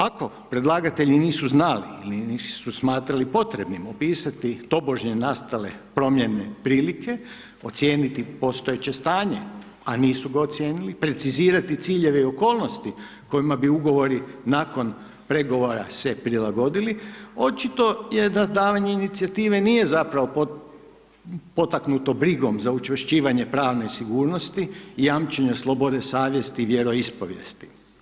Ako predlagatelji nisu znali ili nisu smatrali potrebnim opisati tobožnje nastale promjene prilike, ocijeniti postojeće stanje, a nisu ga ocijenili, precizirati ciljeve i okolnosti kojima bi ugovori nakon pregovora se prilagodili, očito je da davanje inicijative nije zapravo potaknuto brigom za učvršćivanje pravne sigurnosti, jamčenja slobode savjesti i vjeroispovijesti.